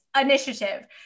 initiative